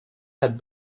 had